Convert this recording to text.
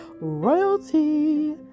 royalty